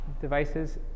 devices